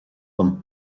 liom